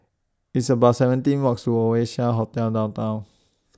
It's about seventeen Walks to Oasia Hotel Downtown